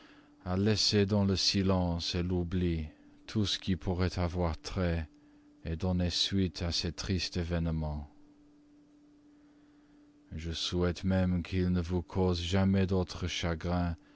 à laisser dans le silence l'oubli tout ce qui pourrait avoir trait donner suite à ces tristes événements je souhaite même qu'ils ne vous causent jamais d'autres chagrins